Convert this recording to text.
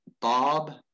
Bob